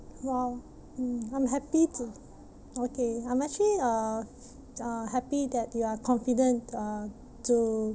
well mm I'm happy to okay I'm actually uh uh happy that you are confident uh to